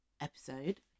episode